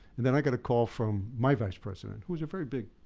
and then i got a call from my vice president, who was a very big,